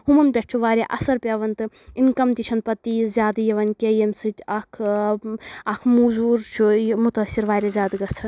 ہُمَن پؠٹھ چھُ واریاہ اَثر پیٚوان تہٕ اِنکَم تہِ چھےٚنہٕ پَتہٕ تیٖژ زیادٕ یِوان کینٛہہ ییٚمہِ سۭتۍ اکھ اکھ موٗزوٗر چھُ یہِ مُتٲثر واریاہ زیادٕ گژھان